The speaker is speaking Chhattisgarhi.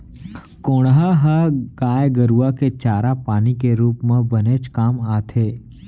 कोंढ़ा ह गाय गरूआ के चारा पानी के रूप म बनेच काम आथे